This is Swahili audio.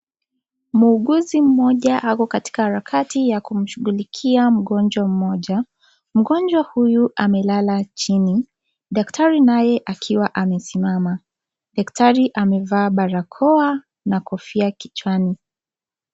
Muuguzi moja ako harakati ya kumshughulikia mgonjwa moja mgonjwa huyu amelala chini daktari naye akiwa amesimama, daktari amevaa barakoa na kofia kichwani.